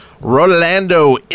Rolando